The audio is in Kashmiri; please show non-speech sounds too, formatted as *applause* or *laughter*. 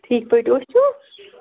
ٹھیٖک پٲٹھۍ *unintelligible* چھُو